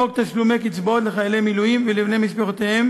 חוק תשלומי קצבאות לחיילי מילואים ולבני משפחותיהם